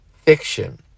fiction